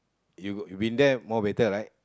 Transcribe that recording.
you been there more better right